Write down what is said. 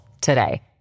today